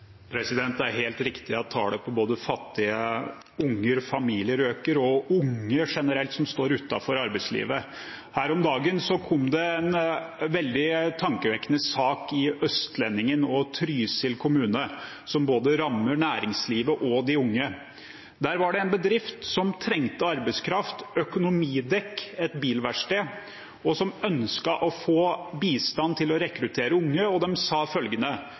Det er helt riktig at både tallet på fattige barn og fattige familier øker, og at tallet på unge som står utenfor arbeidslivet, øker. Her om dagen kom det en veldig tankevekkende sak i Østlendingen fra Trysil kommune, om noe som rammer både næringslivet og de unge. Det var en bedrift som trengte arbeidskraft, Økonomidekk, som er et bilverksted, og som ønsket å få bistand til å rekruttere unge. De sa følgende: